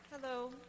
hello